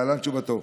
להלן תשובתו: